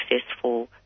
successful